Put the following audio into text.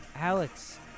Alex